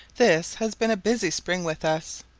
this has been a busy spring with us.